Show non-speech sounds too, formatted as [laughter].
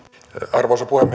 arvoisa puhemies [unintelligible]